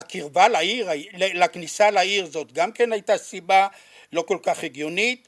הקרבה לעיר, לכניסה לעיר זאת גם כן הייתה סיבה לא כל כך הגיונית